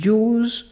use